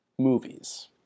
Movies